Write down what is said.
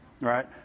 right